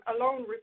alone